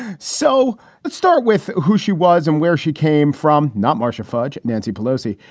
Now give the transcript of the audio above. so let's start with who she was and where she came from. not marcia fudge, nancy pelosi,